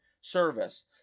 service